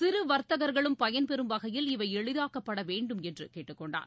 சிறு வர்த்தகர்களும் பயன்பெறும் வகையில் இவை எளிதாக்கப்படவேண்டும் என்று கேட்டுக்கொண்டார்